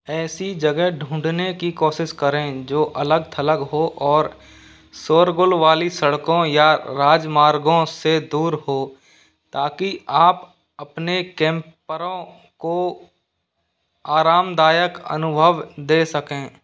ऐसी जगह ढूंढने की कोशिश करें जो अलग थलग हो और शोरगुल वाली सड़कों या राजमार्गों से दूर हो ताकि आप अपने कैम्परों को आरामदायक अनुभव दे सकें